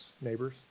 neighbors